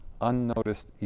unnoticed